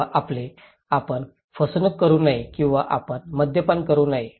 किंवा आपले आपण फसवणूक करू नये किंवा आपण मद्यपान करू नये